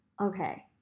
okay